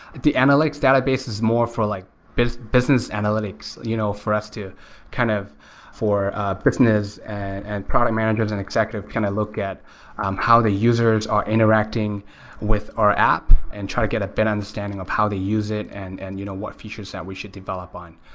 the analytics database is for like business business analytics you know for us to kind of for ah business and and product managers and executives kind of look at um how the users are interacting with our app and try to get a better understanding of how to use it and and you know what features that we should develop on.